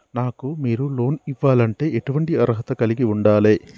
నాకు మీరు లోన్ ఇవ్వాలంటే ఎటువంటి అర్హత కలిగి వుండాలే?